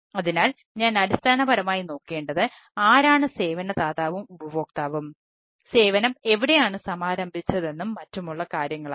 അതിനാൽ ഞാൻ അടിസ്ഥാനപരമായി നോക്കേണ്ടത് ആരാണ് സേവന ദാതാവും ഉപഭോക്താവും സേവനം എവിടെയാണ് സമാരംഭിച്ചതെന്നും മറ്റുമുള്ള കാര്യങ്ങളാണ്